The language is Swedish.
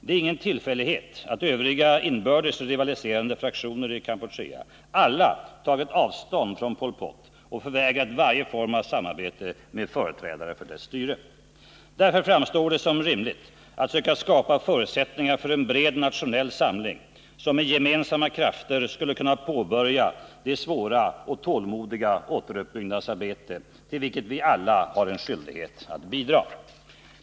Det är ingen tillfällighet att övriga inbördes rivaliserande fraktioner i Kampuchea alla tagit avstånd från Pol Pot-regimen och vägrat varje form av samarbete med företrädare för dess styre. Därför framstår det som rimligt att söka skapa förutsättningar för en bred nationell samling, där man med gemensamma krafter skulle kunna påbörja det svåra och tålmodiga återuppbyggnadsarbete till vilket vi alla har en skyldighet att bidra.